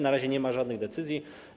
Na razie nie ma żadnych decyzji.